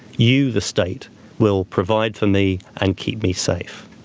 you, the state will provide for me and keep me safe.